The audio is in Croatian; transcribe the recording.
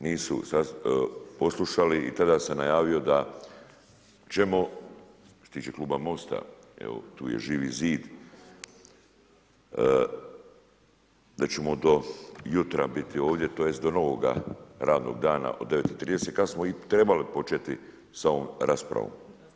Nisu poslušali i tada sam najavio da ćemo što se tiče Kluba Mosta, evo tu je Živi zid, da ćemo do jutra biti ovdje tj. do novoga radnoga dana od 9.30 kada smo i trebali početi sa ovom raspravom.